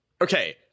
Okay